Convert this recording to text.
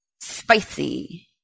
spicy